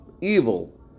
evil